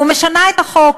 ומשנה את החוק.